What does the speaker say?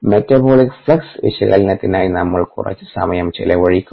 metabolic flux വിശകലനത്തിനായി നമ്മൾ കുറച്ച് സമയം ചെലവഴിക്കും